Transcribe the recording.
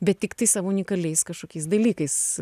bet tiktai savo unikaliais kažkokiais dalykais